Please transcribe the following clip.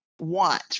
want